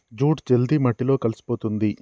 jute జల్ది మట్టిలో కలిసిపోతుంది